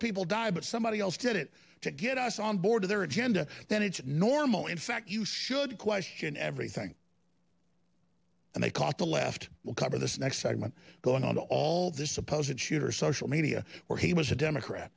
people die but somebody else did it to get us on board their agenda then it's normal in fact you should question everything and they caught the left will cover this next segment going on to all this supposed shooter social media where he was a democrat